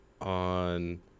on